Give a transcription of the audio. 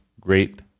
great